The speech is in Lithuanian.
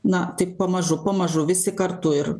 na taip pamažu pamažu visi kartu ir